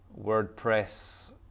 WordPress